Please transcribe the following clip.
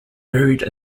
buried